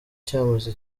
cy’amazi